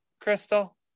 Crystal